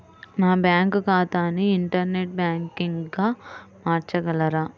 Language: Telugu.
నా బ్యాంక్ ఖాతాని ఇంటర్నెట్ బ్యాంకింగ్గా మార్చగలరా?